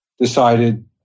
decided